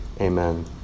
Amen